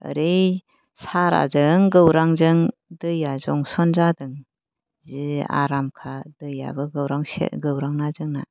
ओरै साराजों गौरांजों दैया जंसन जादों जि आरामखा दैयाबो गौरां सेर गौरांना जोंना